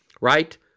Right